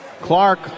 Clark